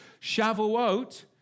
Shavuot